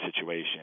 situation